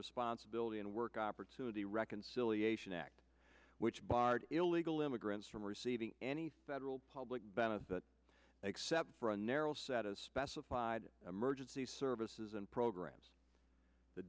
responsibility and work opportunity reconciliation act which barred illegal immigrants from receiving any federal public benefit except for a narrow set of specified emergency services and programs the